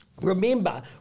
remember